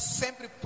sempre